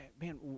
man